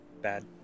Bad